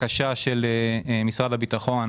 דבר שני,